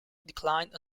declined